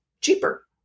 cheaper